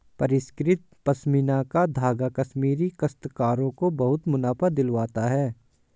परिष्कृत पशमीना का धागा कश्मीरी काश्तकारों को बहुत मुनाफा दिलवाता है